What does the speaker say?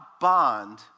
bond